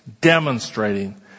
demonstrating